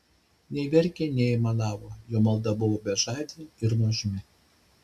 nei verkė nei aimanavo jo malda buvo bežadė ir nuožmi